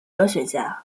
哲学家